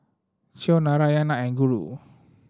Choor Narayana and Guru